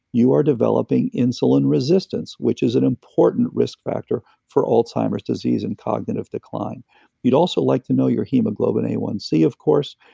you are developing insulin resistance, which is an important risk factor for alzheimer's disease and cognitive decline you'd also like to know your hemoglobin a one c of course,